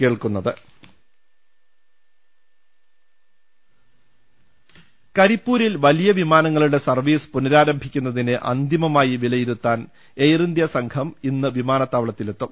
കോഴിക്കോട് കരിപ്പൂരിൽ വലിയ വിമാനങ്ങളുടെ സർപ്പീസ് പുനരാരംഭിക്കുന്നത് അന്തിമമായി വിലയിരുത്താൻ എയർഇന്ത്യ സംഘം ഇന്ന് വിമാനത്താവളത്തിലെത്തും